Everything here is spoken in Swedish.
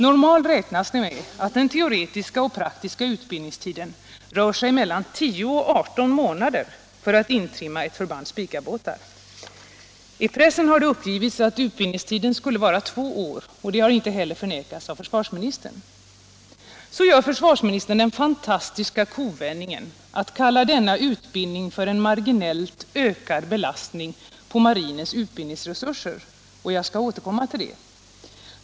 Normalt räknas med att den teoretiska och praktiska utbildningstiden rör sig mellan 10 och 18 månader för att intrimma ett förband Spicabåtar. I pressen har det uppgivits att utbildningstiden skulle vara två år, och det har inte heller förnekats av försvarsministern. Så gör försvarsministern den fantastiska kovändningen att kalla denna utbildning för en marginellt ökad belastning på marinens utbildningsresurser. Jag skall återkomma till det.